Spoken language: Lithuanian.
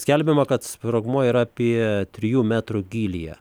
skelbiama kad sprogmuo yra apie trijų metrų gylyje